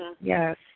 Yes